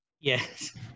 Yes